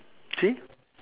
see